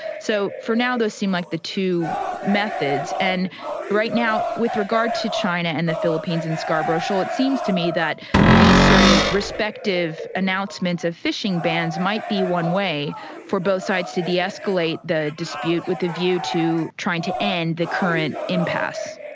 so for now those seem like the two methods. and right now with regard to china and the philippines in scarborough shoal, it seems to me that these, sort of, respective announcements of fishing bans might be one way for both sides to de-escalate the dispute with a view to trying to end the current impasse.